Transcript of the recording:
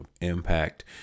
impact